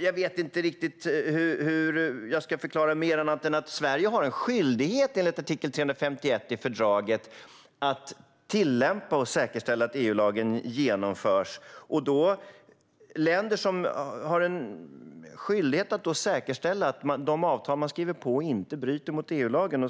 Jag vet inte riktigt hur jag ytterligare ska förklara detta mer än att Sverige har en skyldighet enligt artikel 351 i fördraget att tillämpa och säkerställa att EU-lagen genomförs. Länder har en skyldighet att säkerställa att de avtal som de skriver på inte bryter mot EU-lagen.